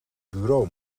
bureau